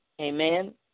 Amen